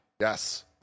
yes